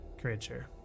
creature